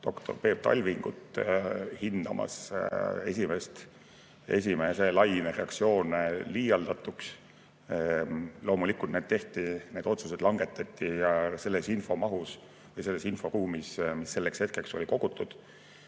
doktor Peep Talvingut hindamas esimese laine reaktsioone liialdatuks. Loomulikult need otsused tehti, need otsused langetati selles infomahus ja selles inforuumis, mis selleks hetkeks oli kogutud.